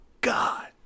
God